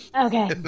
Okay